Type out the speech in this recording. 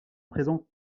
présent